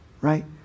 right